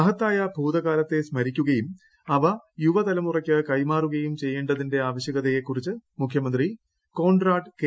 മഹത്തായ ഭൂതകാലത്തെ സ്മരിക്കുകയും അവ യുവ തലമുറയ്ക്ക് കൈമാറുകയും ചെയ്യേണ്ടതിന്റെ ആവശ്യകതയെ കുറിച്ച് മുഖ്യമന്ത്രി കോൺറാഡ് കെ